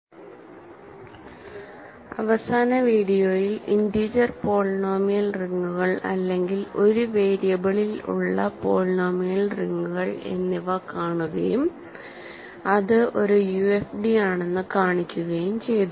I അവസാന വീഡിയോയിൽ integer polynomial റിങ്ങുകൾ അല്ലെങ്കിൽ ഒരു വേരിയബിളിൽ ഉള്ള പോളിനോമിയൽ റിങ്ങുകൾ എന്നിവ കാണുകയും അത് ഒരു യുഎഫ്ഡി ആണെന്ന് കാണിക്കുകയും ചെയ്തു